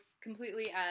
completely